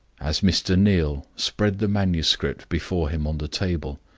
as mr. neal spread the manuscript before him on the table,